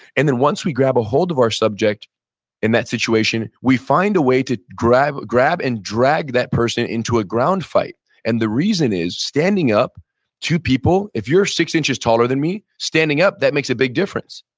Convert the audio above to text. and then once we grab a hold of our subject in that situation, we find a way to grab grab and drag that person into a ground fight and the reason is standing up two people, if you're six inches taller than me, standing up, that makes a big difference.